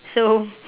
so